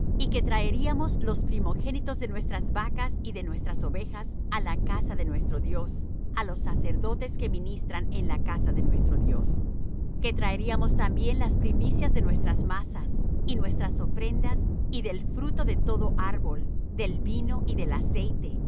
y que traeríamos los primogénitos de nuestras vacas y de nuestras ovejas á la casa de nuestro dios á los sacerdotes que ministran en la casa de nuestro dios que traeríamos también las primicias de nuestras masas y nuestras ofrendas y del fruto de todo árbol del vino y del aceite